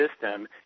system